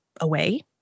away